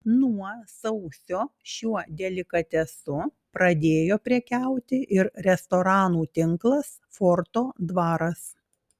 nuo sausio šiuo delikatesu pradėjo prekiauti ir restoranų tinklas forto dvaras